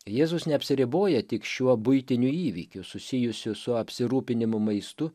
jėzus neapsiriboja tik šiuo buitiniu įvykiu susijusiu su apsirūpinimu maistu